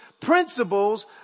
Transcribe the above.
principles